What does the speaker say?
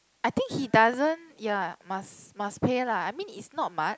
I think he doesn't ya must must pay lah I mean it's not much